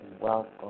welcome